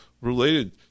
related